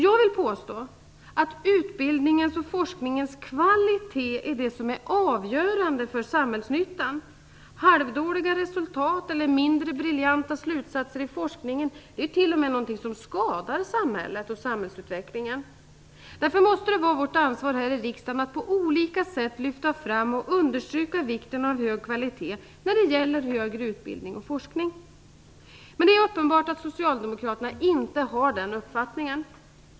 Jag vill påstå att utbildningens och forskningens kvalitet är det som är avgörande för samhällsnyttan. Halvdåliga resultat eller mindre briljanta slutsatser i forskningen är t.o.m. någonting som skadar samhället och samhällsutvecklingen. Därför måste det vara vårt ansvar här i riksdagen att på olika sätt lyfta fram och understryka vikten av hög kvalitet när det gäller högre utbildning och forskning. Men det är uppenbart att Socialdemokraterna inte har den uppfattningen.